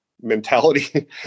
mentality